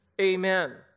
amen